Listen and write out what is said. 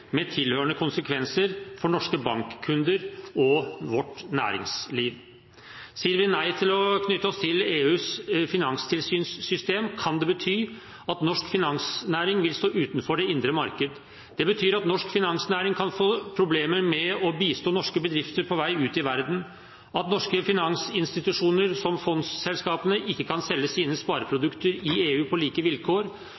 med tilhørende konsekvenser for norske bankkunder og vårt næringsliv. Sier vi nei til å knytte oss til EUs finanstilsyns system, kan det bety at norsk finansnæring vil stå utenfor det indre marked. Det betyr at norsk finansnæring kan få problemer med å bistå norske bedrifter på vei ut i verden, at norske finansinstitusjoner, som fondsselskapene, ikke kan selge sine